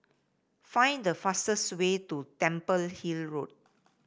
find the fastest way to Temple Hill Road